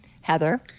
Heather